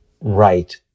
Right